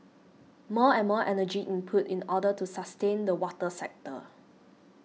more and more energy input in order to sustain the water sector